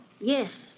Yes